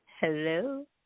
Hello